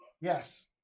Yes